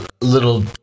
little